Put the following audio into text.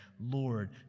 Lord